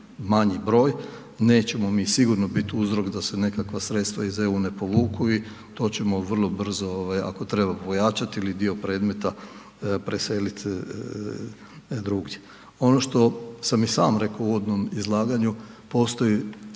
manji broj, nećemo sigurno biti uzrok da se nekakva sredstva iz EU ne povuku i to ćemo vrlo brzo ako treba pojačati ili dio predmeta preseliti drugdje. Ono što sam i sam rekao u uvodnom izlaganju, postoji